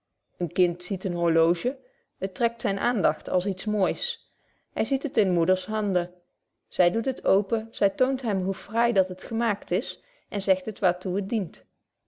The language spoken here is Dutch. een kind ziet een horloge het trekt zyn aandagt als iets moois hy ziet het in moeders handen zy doet het open zy toont hem hoe fraai dat het gemaakt is en zegt het waar toe het dient